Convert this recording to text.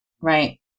right